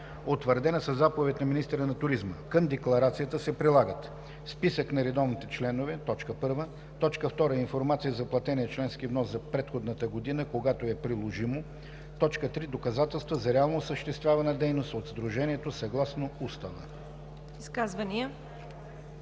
утвърдена със заповед на министъра на туризма. Към декларацията се прилагат: 1. списък на редовните членове; 2. информация за платения членски внос за предходната година, когато е приложимо; 3. доказателства за реално осъществявана дейност от сдружението съгласно устава.“